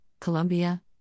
Colombia